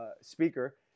speaker